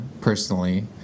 personally